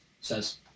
says